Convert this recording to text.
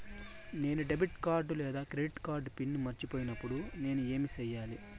నేను debit card లేదా credit card pin మర్చిపోయినప్పుడు నేను ఏమి సెయ్యాలి?